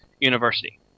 University